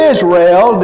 Israel